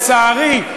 לצערי,